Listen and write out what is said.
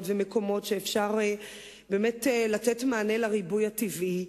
ומקומות שבאמת אפשר לתת בהם מענה לריבוי הטבעי,